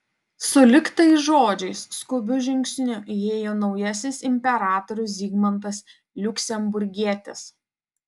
sulig tais žodžiais skubiu žingsniu įėjo naujasis imperatorius zigmantas liuksemburgietis